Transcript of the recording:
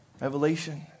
Revelation